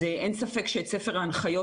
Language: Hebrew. אין ספק שאת ספר ההנחיות,